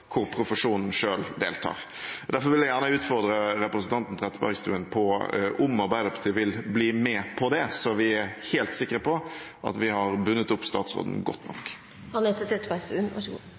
hvor profesjonen selv deltar. Derfor vil jeg gjerne utfordre representanten Trettebergstuen på om Arbeiderpartiet vil bli med på det, så vi er helt sikre på at vi har bundet opp statsråden godt